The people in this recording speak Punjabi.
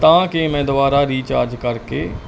ਤਾਂ ਕਿ ਮੈਂ ਦੁਬਾਰਾ ਰੀਚਾਰਜ ਕਰਕੇ